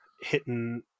hitting